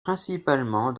principalement